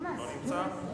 לא נמצא.